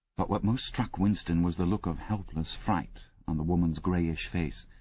but what most struck winston was the look of helpless fright on the woman's greyish face.